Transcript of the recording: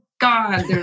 God